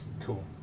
Cool